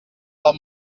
del